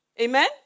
Amen